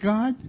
God